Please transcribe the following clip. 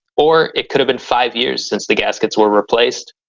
or, it could have been five years since the gaskets were replaced,